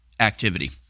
Activity